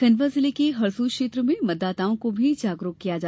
खंडवा जिले के हरसूद क्षेत्र में मतदाताओं को भी जागरूक किया गया